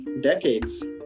decades